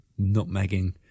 nutmegging